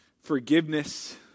forgiveness